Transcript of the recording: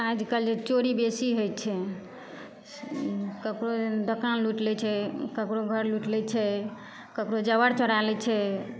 आजकल जे चोरी बेसी होइ छै ककरो दोकान लुटि लै छै ककरो घर लुटि लै छै ककरो जेबर चोरा लै छै